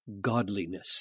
godliness